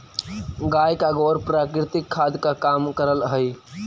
गाय का गोबर प्राकृतिक खाद का काम करअ हई